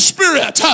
Spirit